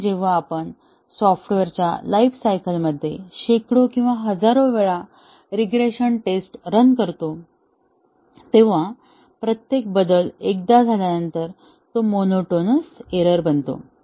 आणि जेव्हा आपण सॉफ्टवेअरच्या लाईफ सायकल मध्ये शेकडो किंवा हजारो वेळा रीग्रेशन टेस्ट रन करतो तेव्हा प्रत्येक बदल एकदा झाल्यानंतर तो मोनोटोनस एरर बनतो